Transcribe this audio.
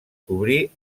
cobrí